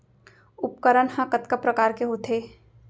उपकरण हा कतका प्रकार के होथे?